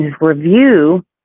review